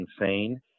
insane